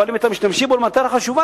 אבל אם אתם משתמשים בו למטרה חשובה,